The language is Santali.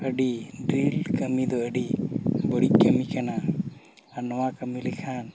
ᱟᱹᱰᱤ ᱰᱨᱤᱞ ᱠᱟᱹᱢᱤ ᱫᱚ ᱟᱹᱰᱤ ᱵᱟᱹᱲᱤᱡ ᱠᱟᱹᱢᱤ ᱠᱟᱱᱟ ᱟᱨ ᱱᱚᱣᱟ ᱠᱟᱹᱢᱤ ᱞᱮᱠᱷᱟᱱ